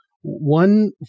one